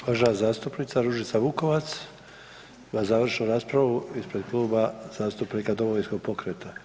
Uvažena zastupnica Ružica Vukovac ima završnu raspravu ispred Kluba zastupnika Domovinskog pokreta.